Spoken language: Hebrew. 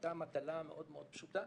שהייתה מטלה מאוד מאוד פשוטה